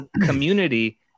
community